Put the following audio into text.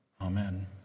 Amen